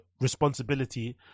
responsibility